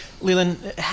Leland